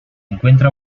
encuentra